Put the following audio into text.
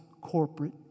corporate